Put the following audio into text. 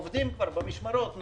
עובדים במשמרות,